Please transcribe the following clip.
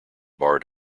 barred